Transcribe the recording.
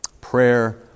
Prayer